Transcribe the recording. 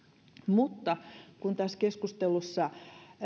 kun tässä keskustelussa